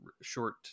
short